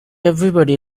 everybody